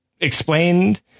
explained